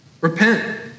repent